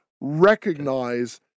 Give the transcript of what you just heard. recognize